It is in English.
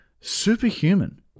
superhuman